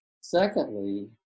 Secondly